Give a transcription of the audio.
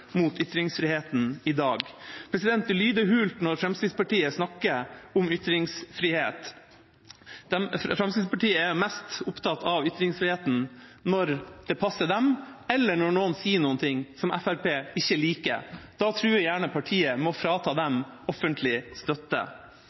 mot ytringsfriheten i dag. Det lyder hult når Fremskrittspartiet snakker om ytringsfrihet. Fremskrittspartiet er mest opptatt av ytringsfriheten når det passer dem, eller når noen sier noe som Fremskrittspartiet ikke liker. Da truer gjerne partiet med å frata dem offentlig støtte.